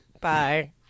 Bye